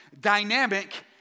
dynamic